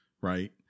right